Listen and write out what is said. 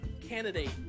candidate